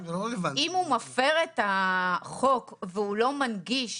אם הוא מפר את החוק והוא לא מנגיש,